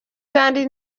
kandi